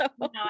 no